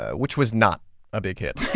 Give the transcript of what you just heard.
ah which was not a big hit